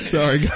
Sorry